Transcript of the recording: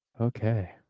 Okay